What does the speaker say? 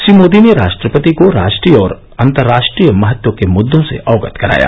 श्री मोदी ने राष्ट्रपति को राष्ट्रीय और अन्तर राष्ट्रीय महत्व के मुद्दो से अवगत कराया